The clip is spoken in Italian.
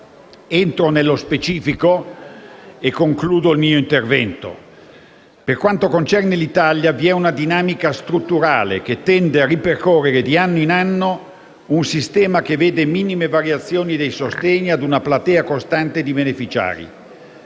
Entro nello specifico e concludo il mio intervento. Per quanto concerne l'Italia, vi è una dinamica strutturale che tende a ripercorrere di anno in anno un sistema che vede minime variazioni dei sostegni ad una platea costante di beneficiari.